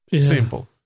Simple